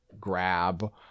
grab